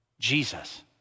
Jesus